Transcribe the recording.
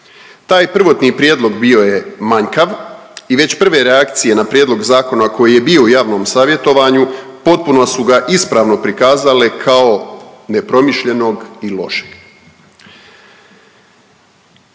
Taj prvotni prijedlog bio je manjkav i već prve reakcije na prijedlog zakona koji je bio u javnom savjetovanju potpuno su ga ispravno prikazale kao nepromišljenog i lošeg.